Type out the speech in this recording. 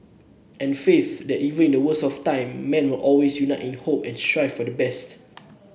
and faith that even in the worst of times man will always unite in hope and strive for the best